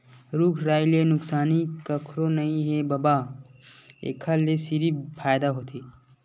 रूख राई ले नुकसानी कखरो नइ हे बबा, एखर ले सिरिफ फायदा होथे